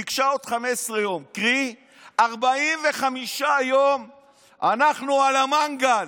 היא ביקשה עוד 15 יום, קרי 45 יום אנחנו על המנגל.